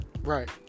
right